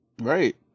Right